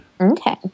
Okay